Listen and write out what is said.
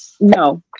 no